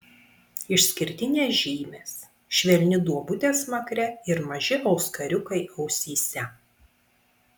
išskirtinės žymės švelni duobutė smakre ir maži auskariukai ausyse